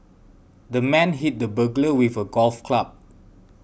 the man hit the burglar with a golf club